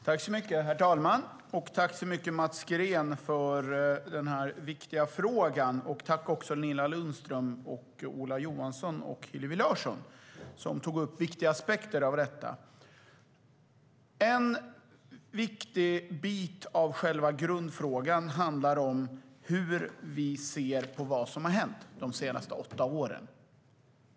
Herr talman! Jag tackar Mats Green för den viktiga frågan och Nina Lundström, Ola Johansson och Hillevi Larsson, som tog upp viktiga aspekter på detta. En viktig bit av själva grundfrågan handlar om hur vi ser på vad som har hänt de senaste åtta åren.